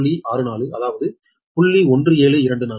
64 அதாவது 0